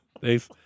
Thanks